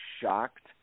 shocked